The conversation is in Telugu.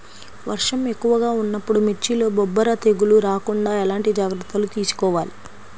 వర్షం ఎక్కువగా ఉన్నప్పుడు మిర్చిలో బొబ్బర తెగులు రాకుండా ఎలాంటి జాగ్రత్తలు తీసుకోవాలి?